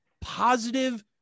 positive